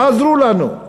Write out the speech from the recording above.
יעזרו לנו.